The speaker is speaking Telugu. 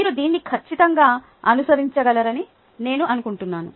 మీరు దీన్ని ఖచ్చితంగా అనుసరించగలరని నేను అనుకుంటున్నాను